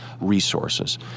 resources